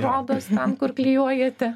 rodos ten kur klijuojate